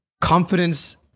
confidence